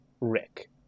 rick